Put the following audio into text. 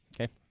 Okay